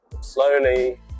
slowly